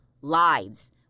lives